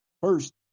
First